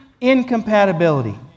incompatibility